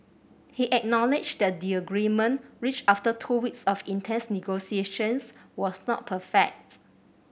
he acknowledged that the agreement reached after two weeks of intense negotiations was not perfects